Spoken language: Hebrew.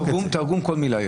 בתרגום כל מילה יש.